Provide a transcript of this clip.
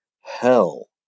hell